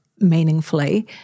Meaningfully